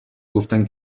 گفتن